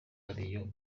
ariyo